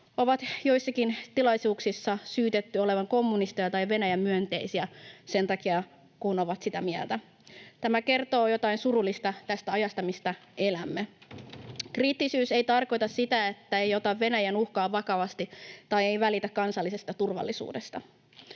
on joissakin tilaisuuksissa syytetty olevan kommunisteja tai Venäjä-myönteisiä sen takia, kun ovat sitä mieltä. Tämä kertoo jotain surullista tästä ajasta, missä elämme. Kriittisyys ei tarkoita sitä, että ei ota Venäjän uhkaa vakavasti tai ei välitä kansallisesta turvallisuudesta.